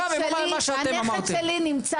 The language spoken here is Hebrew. הנכד שלי נמצא